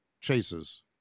Chase's